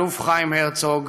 האלוף חיים הרצוג,